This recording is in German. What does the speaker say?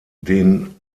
den